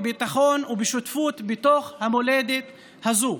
בביטחון ובשותפות במולדת הזאת.